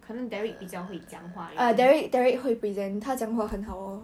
可能 derrick 比较会讲话